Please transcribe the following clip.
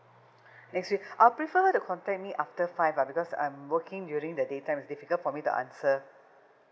next week I'll prefer they contact me after five ah because I'm working during the daytime it's difficult for me to answer